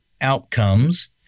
outcomes